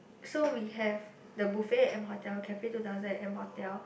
so we have the buffet at M-Hotel cafe two thousand at M-Hotel